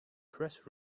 press